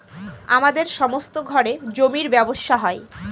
আমাদের সমস্ত ঘরে জমির ব্যবসা হয়